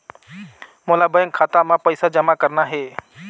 मोला बैंक खाता मां पइसा जमा करना हे?